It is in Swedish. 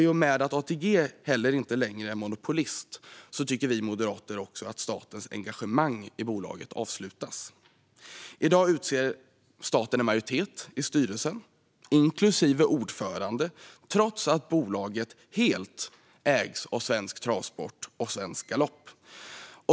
I och med att ATG heller inte längre är monopolist tycker vi moderater att statens engagemang i bolaget ska avslutas. I dag utser staten en majoritet i styrelsen, inklusive ordföranden, trots att bolaget helt ägs av Svensk Travsport och Svensk Galopp.